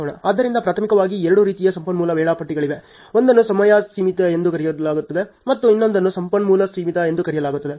ಆದ್ದರಿಂದ ಪ್ರಾಥಮಿಕವಾಗಿ ಎರಡು ರೀತಿಯ ಸಂಪನ್ಮೂಲ ವೇಳಾಪಟ್ಟಿಗಳಿವೆ ಒಂದನ್ನು ಸಮಯ ಸೀಮಿತ ಎಂದು ಕರೆಯಲಾಗುತ್ತದೆ ಮತ್ತು ಇನ್ನೊಂದನ್ನು ಸಂಪನ್ಮೂಲ ಸೀಮಿತ ಎಂದು ಕರೆಯಲಾಗುತ್ತದೆ